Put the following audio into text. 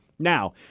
Now